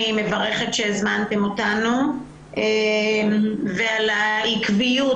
אני מברכת על שהזמנתם אותנו ועל העקביות